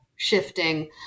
shifting